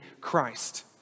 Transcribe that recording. Christ